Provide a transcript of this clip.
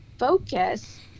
focus